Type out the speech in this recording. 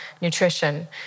nutrition